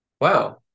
Wow